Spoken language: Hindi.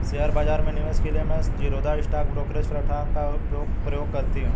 शेयर बाजार में निवेश के लिए मैं ज़ीरोधा स्टॉक ब्रोकरेज प्लेटफार्म का प्रयोग करती हूँ